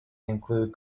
include